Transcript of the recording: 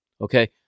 Okay